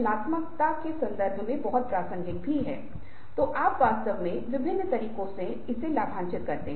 और जब हम बातचीत के संदर्भ में बॉडी लैंग्वेज के बारे में बात कर रहे हैं तो शायद इन मुद्दों में से कुछ को उजागर करना महत्वपूर्ण है